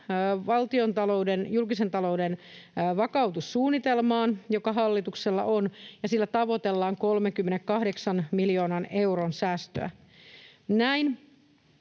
ehdotus perustuu julkisen talouden vakautussuunnitelmaan, joka hallituksella on, ja sillä tavoitellaan 38 miljoonan euron säästöä. Näin